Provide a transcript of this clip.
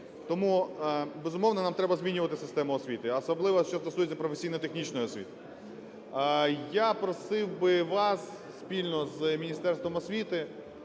Тому, безумовно, нам треба змінювати систему освіти, а особливо що стосується професійно-технічної освіти. Я просив би вас спільно з Міністерством освіти